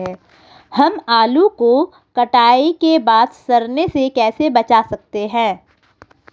हम आलू को कटाई के बाद सड़ने से कैसे बचा सकते हैं?